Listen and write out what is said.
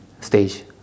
stage